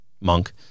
monk